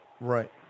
Right